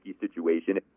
situation